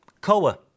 Koa